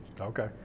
Okay